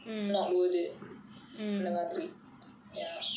not worth it அந்த மாதிரி:antha maathiri ya